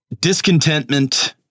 discontentment